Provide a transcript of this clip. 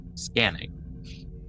scanning